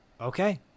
okay